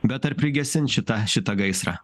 bet ar prigesins šitą šitą gaisrą